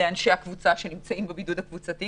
לאנשי הקבוצה שנמצאים בבידוד הזה,